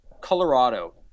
colorado